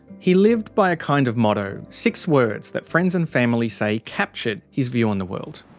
he lived by a kind of motto, six words that friends and family say captured his view on the world.